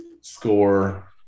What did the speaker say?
score